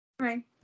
Hi